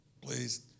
Please